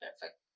perfect